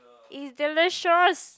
it's delicious